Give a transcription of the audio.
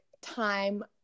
time